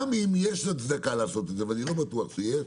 גם אם יש הצדקה לעשות את זה, ואני לא בטוח שיש,